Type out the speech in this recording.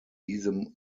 diesem